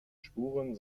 spuren